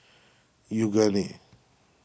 Yoogane